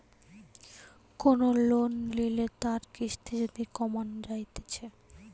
কোন লোন লিলে তার কিস্তি যদি কমানো যাইতেছে